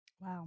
Wow